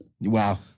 Wow